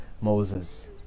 Moses